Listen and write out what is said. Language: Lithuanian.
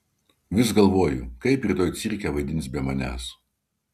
vis galvoju kaip rytoj cirke vaidins be manęs